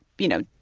you know,